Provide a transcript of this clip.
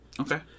Okay